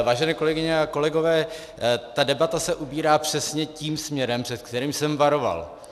Vážené kolegyně a kolegové, ta debata se ubírá přesně tím směrem, před kterým jsem varoval.